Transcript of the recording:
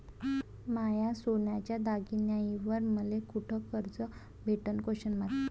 माया सोन्याच्या दागिन्यांइवर मले कुठे कर्ज भेटन?